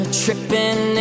tripping